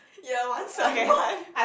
year one sem one